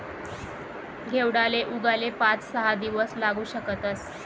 घेवडाले उगाले पाच सहा दिवस लागू शकतस